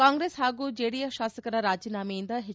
ಕಾಂಗ್ರೆಸ್ ಹಾಗೂ ಜೆಡಿಎಸ್ ಶಾಸಕರ ರಾಜೀನಾಮೆಯಿಂದ ಎಚ್